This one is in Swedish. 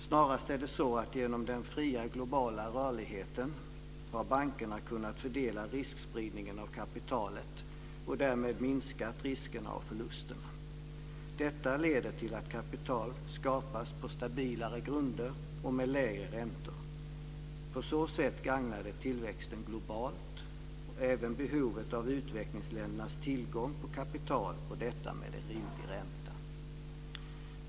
Snarast är det så att bankerna genom den fria globala rörligheten har kunnat fördela riskspridningen av kapitalet och därmed minska riskerna och förlusterna. Detta leder till att kapital skapas på stabilare grunder och med lägre räntor. På så sätt gagnar det tillväxten globalt, även behovet av utvecklingsländernas tillgång på kapital och detta med en rimlig ränta.